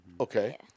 Okay